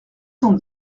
cent